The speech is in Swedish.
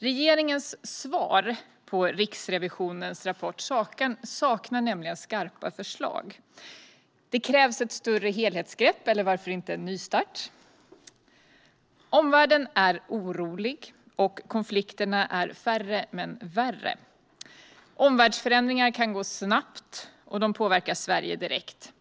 Regeringens svar på Riksrevisionens rapport saknar nämligen skarpa förslag. Det krävs ett större helhetsgrepp, eller varför inte en nystart. Omvärlden är orolig, och konflikterna är färre men värre. Omvärldsförändringar kan gå snabbt, och de påverkar Sverige direkt.